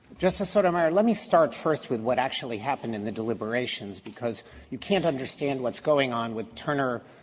justice sotomayor, let me start first with what actually happened in the deliberations because you can't understand what's going on with turner,